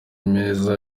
meza